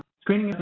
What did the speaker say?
screening